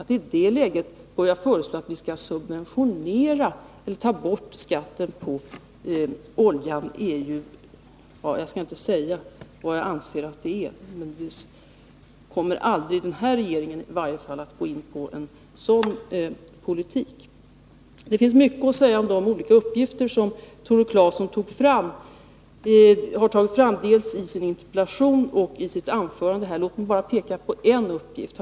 Att i det läget föreslå att vi skall subventionera eller ta bort skatten på oljan är en politik som i varje fall inte den här regeringen kommer att föra. Det finns mycket att säga om de olika uppgifter som Tore Claeson har nämnt, dels i sin interpellation, dels i sitt anförande. Låt mig bara peka på en uppgift.